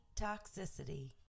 toxicity